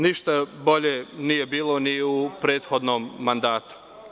Ništa bolje nije bilo ni u prethodnom mandatu.